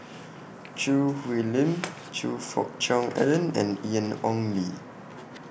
Choo Hwee Lim Choe Fook Cheong Alan and Ian Ong Li